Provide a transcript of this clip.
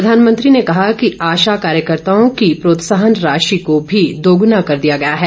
प्रधानमंत्री ने कहा कि आशा कार्यकर्ताओं की प्रोत्साहन राशि को भी दोगुना कर दिया गया है